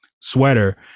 sweater